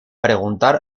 preguntar